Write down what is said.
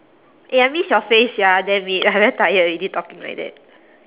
eh I miss your face sia damn it I very tired already talking like that